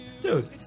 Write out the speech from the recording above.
Dude